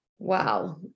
Wow